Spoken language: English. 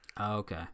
okay